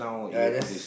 ya ya I just